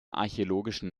archäologischen